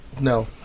No